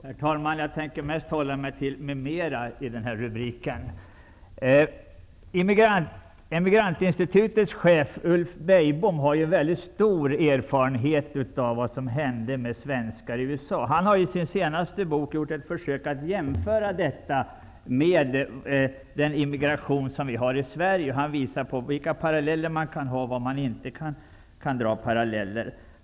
Herr talman! Det som jag skall säga hör mest hemma under orden ''m.m.'' i rubriken över detta debattavsnitt. Emigrantinstitutets chef Ulf Beijbom har stor erfarenhet av vad som hände med svenskarna i USA. Han har i sin senaste bok gjort försök att jämföra denna svenska emigration med senare års immigration til vårt land. Han visar vilka paralleller som kan dras och var sådana inte kan dras.